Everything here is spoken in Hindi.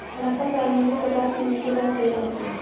हड़प्पा काल में भी कपास मिलने की बात कही जाती है